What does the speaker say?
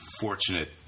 fortunate